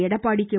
Edappadi K